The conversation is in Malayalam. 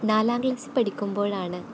നാലാം ക്ലാസ്സില് പഠിക്കുമ്പോഴാണ്